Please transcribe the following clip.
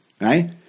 right